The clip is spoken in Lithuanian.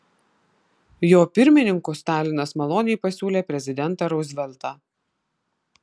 jo pirmininku stalinas maloniai pasiūlė prezidentą ruzveltą